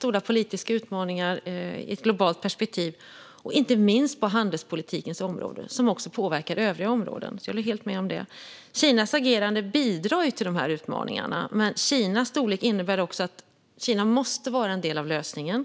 stora politiska utmaningar i ett globalt perspektiv, inte minst på handelspolitikens område, som också påverkar övriga områden. Jag håller helt med om det. Kinas agerande bidrar till de här utmaningarna. Kinas storlek innebär också att Kina måste vara en del av lösningen.